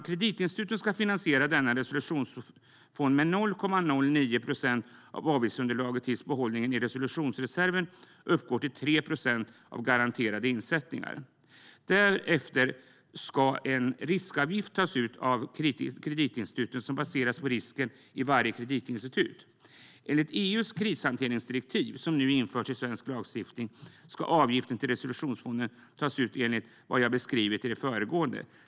Kreditinstituten ska finansiera denna resolutionsfond med 0,09 procent av avgiftsunderlaget tills behållningen i resolutionsreserven uppgår till 3 procent av garanterade insättningar. Därefter ska en riskavgift tas ut av kreditinstituten som baseras på risken i varje kreditinstitut. Enligt EU:s krishanteringsdirektiv, som nu införs i svensk lagstiftning, ska avgiften till resolutionsfonden tas ut enligt vad jag har beskrivit i det föregående.